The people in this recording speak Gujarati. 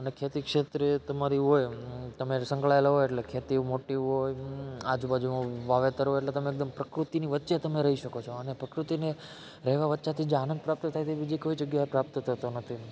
અને ખેતી ક્ષેત્રે તમારી હોય તમે સંકળાયેલા હોય એટલે ખેતી મોટી હોય આજુબાજુ વાવેતર કરેલું હોય એટલે તમે એકદમ પ્રકૃતિની વચ્ચે તમે રહી શકો છો અને પ્રકૃતિની રહેવા વચ્ચેથી જે આનંદ પ્રાપ્ત થાય તે બીજી કોઈ જગ્યાએથી પ્રાપ્ત થતો નથી